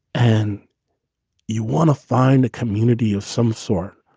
and you want to find a community of some sort.